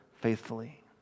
faithfully